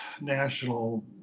national